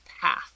path